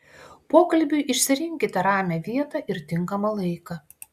pokalbiui išsirinkite ramią vietą ir tinkamą laiką